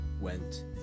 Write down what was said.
went